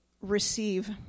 receive